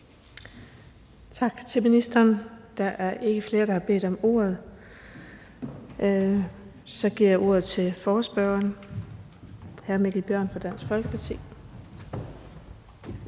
Tak til ministeren. Der er ikke flere, der har bedt om ordet. Så giver jeg ordet til ordføreren for forespørgerne, hr. Mikkel Bjørn, fra Dansk Folkeparti.